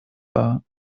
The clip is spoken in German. war